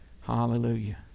Hallelujah